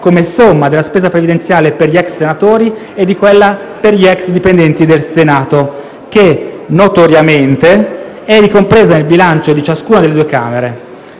come somma della spesa previdenziale per gli *ex* senatori e di quella per egli ex dipendenti del Senato, che notoriamente è ricompresa nel bilancio di ciascuna delle due Camere.